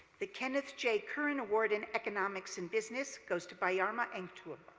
the kenneth j. curran award in economics and business goes to bayarmaa enkhtur.